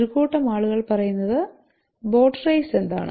ഒരു കൂട്ടം ആളുകൾ പറയുന്നത് ബോട്ട് റേസ് എന്നാണ്